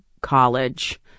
college